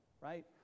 right